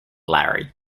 larry